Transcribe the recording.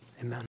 Amen